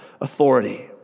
authority